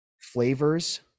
flavors